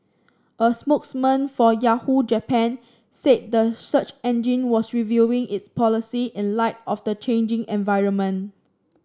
a spokesman for Yahoo Japan said the search engine was reviewing its policy in light of the changing environment